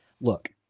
Look